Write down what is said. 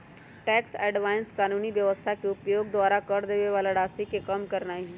tax avoidance कानूनी व्यवस्था के उपयोग द्वारा कर देबे बला के राशि के कम करनाइ हइ